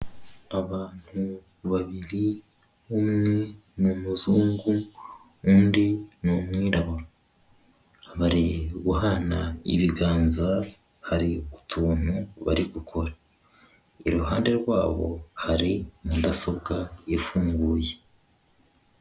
Abantu babiri; umwe ni umuzungu, undi ni umwirabura. Bari guhana ibiganza, hari utuntu bari gukora. Iruhande rwabo hari mudasobwa ifunguye.